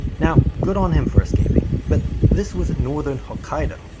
now good on him for escaping, but this was northern hokkaido.